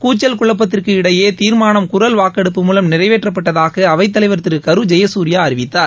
கூச்சல் குழப்பத்திற்கு இடையே தீர்மானம் குரல் வாக்கெடுப்பு மூலம் நிறைவேற்றப்பட்டதாக அவைத் தலைவர் திரு கரு ஜெயகுர்யா அறிவித்தார்